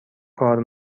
کار